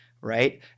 right